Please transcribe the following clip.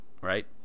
right